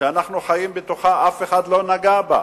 שאנחנו חיים בתוכה, אף אחד לא נגע בה.